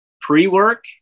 pre-work